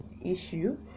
issue